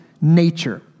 nature